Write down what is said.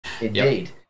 indeed